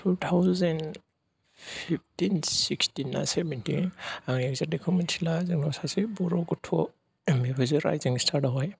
two thousand fifteen sixteen ना seventeen आं exact देटखौ मिथिला जोंनाव सासे बर' गथ' राइजिं स्टारावहाय